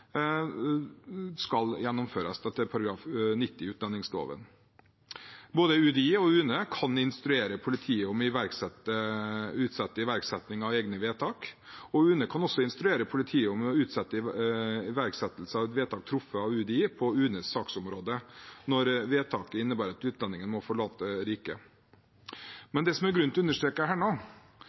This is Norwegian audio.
skal gjennomføres etter § 90 i utlendingsloven. Både UDI og UNE kan instruere politiet om å utsette iverksetting av egne vedtak, og UNE kan også instruere politiet om å utsette iverksetting av et vedtak truffet av UDI på UNEs saksområde når vedtaket innebærer at utlendingen må forlate riket. Det som det er grunn til å understreke her nå,